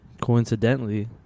coincidentally